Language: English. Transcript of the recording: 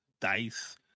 dice